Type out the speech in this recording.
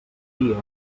dia